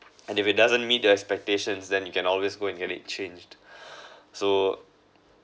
and if it doesn't meet the expectations then you can always go and get it changed so